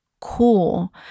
cool